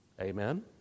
Amen